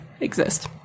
exist